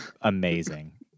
amazing